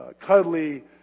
cuddly